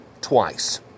twice